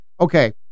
okay